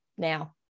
Now